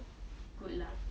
good lah